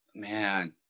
Man